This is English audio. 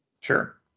Sure